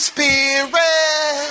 Spirit